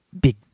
big